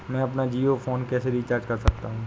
मैं अपना जियो फोन कैसे रिचार्ज कर सकता हूँ?